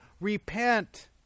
repent